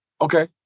Okay